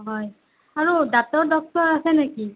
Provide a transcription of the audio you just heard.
হয় আৰু দাঁতৰ ডক্টৰ আছে নেকি